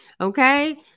Okay